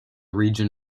region